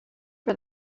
for